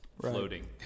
floating